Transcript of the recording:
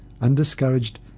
undiscouraged